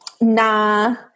Nah